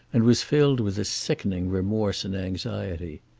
and was filled with a sickening remorse and anxiety.